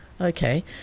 Okay